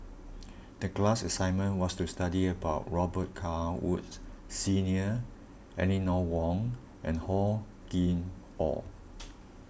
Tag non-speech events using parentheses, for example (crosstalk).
the class assignment was to study about Robet Carr Woods Senior Eleanor Wong and Hor Chim or (noise)